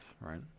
right